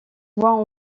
voies